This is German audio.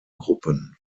gruppen